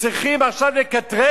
שצריכים עכשיו לקטרג